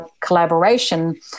collaboration